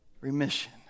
remission